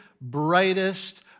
brightest